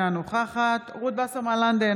אינה נוכחת רות וסרמן לנדה,